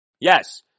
Yes